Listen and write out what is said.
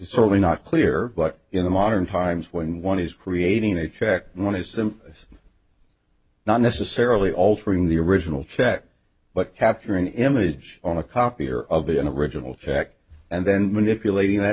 certainly not clear but in the modern times when one is creating a check and one is them not necessarily altering the original check but capture an image on a copier of it in a regional check and then manipulating that